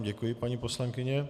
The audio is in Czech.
Děkuji vám, paní poslankyně.